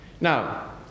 Now